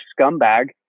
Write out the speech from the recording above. scumbag